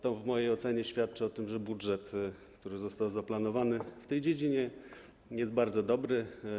To w mojej ocenie świadczy o tym, że budżet, który został zaplanowany w tej dziedzinie, jest bardzo dobry.